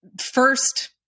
first